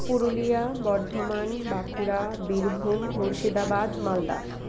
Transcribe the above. Purulia Bardhaman Bankura Birbhum Murshidabad Malda